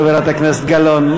חברת הכנסת גלאון,